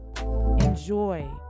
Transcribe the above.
Enjoy